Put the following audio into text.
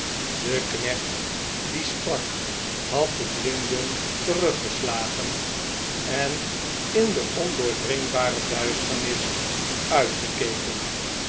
de knecht die sprak had de blinden teruggeslagen en in de ondoordringbare duisternis uitgekeken